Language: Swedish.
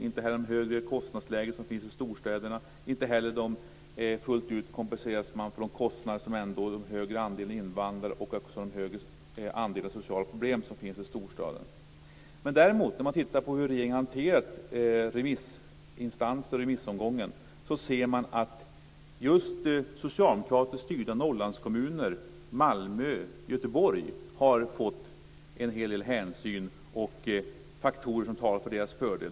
Inte heller kompenseras man för det högre kostnadsläge som finns i storstäderna. Inte heller kompenseras man fullt ut för de kostnader som den större andelen invandrare och den större andelen sociala problem som finns i storstaden innebär. När man tittar på hur regeringen har hanterat remissinstanser i remissomgången ser man däremot att det har tagits en hel del hänsyn till just socialdemokratiskt styrda Norrlandskommuner, Malmö och Göteborg. Faktorer talar till deras fördel.